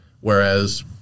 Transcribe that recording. Whereas